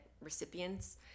recipients